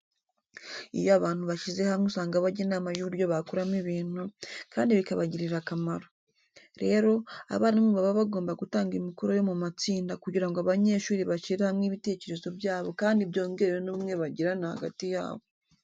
Iyo abantu bashyize hamwe usanga bajya inama y'uburyo bakoramo ibintu, kandi bikabagirira akamaro. Rero, abarimu baba bagomba gutanga imikoro yo mu matsinda kugira ngo abanyeshuri bashyire hamwe ibitekerezo byabo kandi byongere n'ubumwe bagirana hagati yabo.